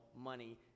money